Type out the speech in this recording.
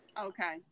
okay